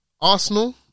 Arsenal